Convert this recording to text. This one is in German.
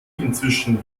inzwischen